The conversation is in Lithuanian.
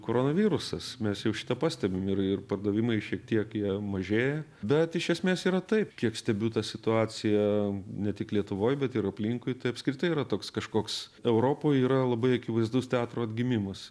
koronavirusas mes jau šitą pastebim ir ir pardavimai šiek tiek jie mažėja bet iš esmės yra taip kiek stebiu tą situaciją ne tik lietuvoj bet ir aplinkui tai apskritai yra toks kažkoks europoj yra labai akivaizdus teatro atgimimas